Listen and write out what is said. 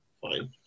fine